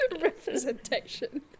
representation